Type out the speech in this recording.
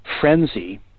frenzy